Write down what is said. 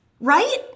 right